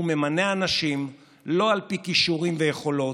הוא ממנה אנשים לא על פי כישורים ויכולות,